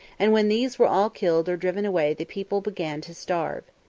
and when these were all killed or driven away the people began to starve.